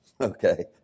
okay